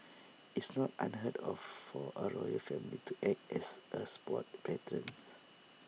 it's not unheard of for A royal family to act as A sports patrons